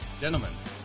Gentlemen